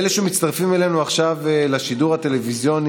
הגיעו לשכונה של הבן שלי או לשכונה שלי?